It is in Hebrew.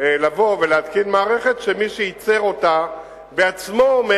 להתקין מערכת שמי שייצר אותה בעצמו אומר: